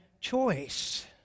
choice